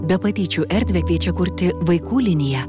be patyčių erdvę kviečia kurti vaikų linija